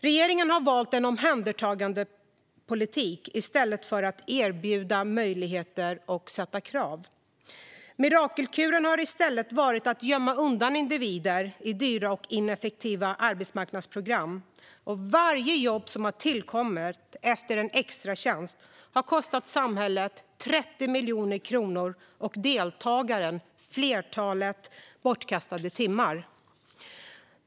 Regeringen har valt en omhändertagandepolitik i stället för att erbjuda möjligheter och ställa krav. Mirakelkuren har varit att gömma individer i dyra och ineffektiva arbetsmarknadsprogram. Varje jobb som har tillkommit efter en extratjänst har kostat samhället 30 miljoner kronor och deltagaren ett flertal bortkastade timmar.